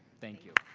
thank you.